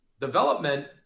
Development